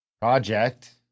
project